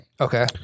Okay